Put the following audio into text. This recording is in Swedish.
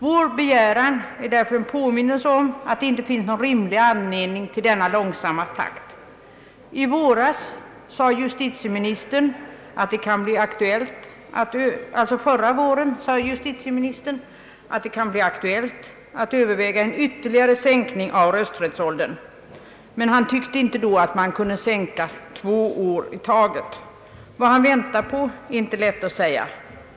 Vår begäran är därför en påminnelse om att det inte finns någon rimlig anledning till denna långsamma takt. Förra våren sade justitieministern att det kan bli aktuellt att överväga en ytterligare sänkning av rösträttsåldern, men han tyckte inte då att man kunde sänka två år i taget. Vad justitieministern väntar på är inte lätt att säga.